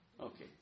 Okay